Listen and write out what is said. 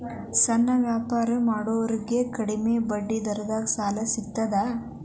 ಸಣ್ಣ ವ್ಯಾಪಾರ ಮಾಡೋರಿಗೆ ಕಡಿಮಿ ಬಡ್ಡಿ ದರದಾಗ್ ಸಾಲಾ ಸಿಗ್ತದಾ?